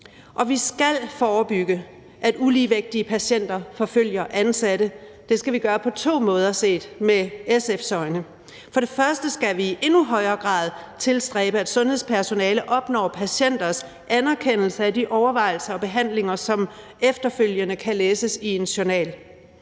vi skal forebygge, at uligevægtige patienter forfølger ansatte. Det skal vi gøre på to måder set med SF's øjne. For det første skal vi i endnu højere grad tilstræbe, at sundhedspersonale opnår patienters anerkendelse af de overvejelser og behandlinger, som efterfølgende kan læses i en journal,